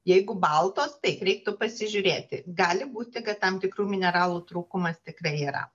jeigu baltos taip reiktų pasižiūrėti gali būti kad tam tikrų mineralų trūkumas tikrai yra